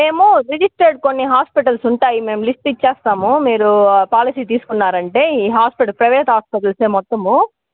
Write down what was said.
మేము రిజిస్టర్డ్ కొన్ని హాస్పిటల్స్ ఉంటాయి మేము లిస్ట్ ఇచ్చేస్తాము మీరు పాలిసీ తీసుకున్నారంటే ఈ హాస్పిటల్ ప్రైవేట్ హాస్పిటల్సే మొత్తము